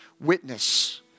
witness